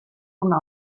una